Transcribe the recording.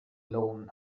loan